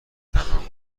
تنها